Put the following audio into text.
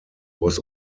was